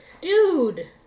Dude